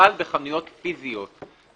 חל בחנויות פיזיות.